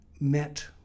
met